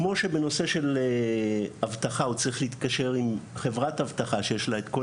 כמו שבנושא של אבטחה הוא צריך להתקשר עם חברת אבטחה שיש לה את כל